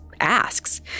Asks